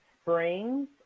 Springs